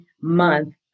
Month